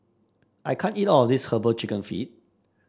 I can't eat all of this herbal chicken feet